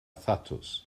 thatws